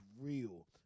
real